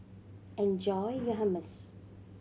enjoy your Hummus